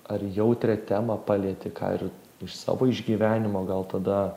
ar jautrią temą palieti ką ir iš savo išgyvenimo gal tada